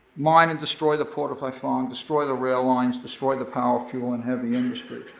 mine and destroy the port of haiphong, destroy the rail lines, destroy the power, fuel, and heavy industry.